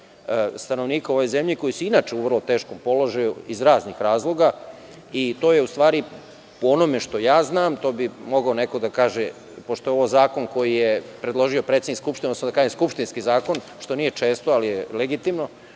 stanovnika u ovoj zemlji koji su inače u vrlo teškom položaju iz raznih razloga i to je, u stvari, po onome što ja znam, mogao bi neko da kaže pošto je ovo zakon koji je predložio predsednik Skupštine, odnosno da kažem skupštinski zakon, što nije često ali je legitimno